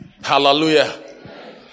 hallelujah